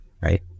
right